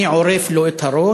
אני עורף לו את הראש,